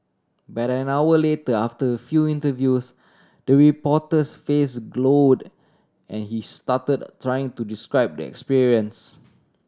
but an hour later after feel interviews the reporter's face glowed and he stuttered trying to describe the experience